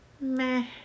Meh